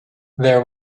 there